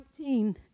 19